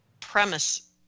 premise